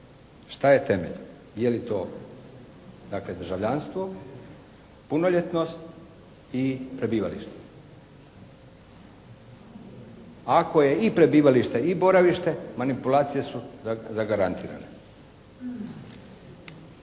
Šta je temelj? Je li to dakle državljanstvo, punoljetnost i prebivalište? Ako je i prebivalište i boravište manipulacije su zagarantirane.